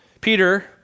Peter